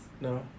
No